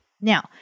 Now